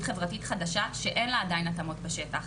חברתית חדשה שאין לה עדיין התאמות בשטח,